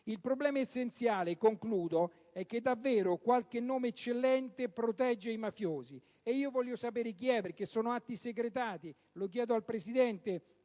Il problema essenziale è che davvero qualche nome eccellente protegge i mafiosi. E io voglio sapere chi è, perché gli atti sono secretati. Lo chiedo al Presidente